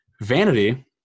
vanity